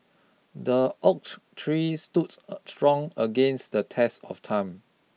the oak tree stood strong against the test of time